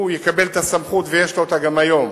הוא יקבל את הסמכות, ויש לו סמכות כזאת גם היום.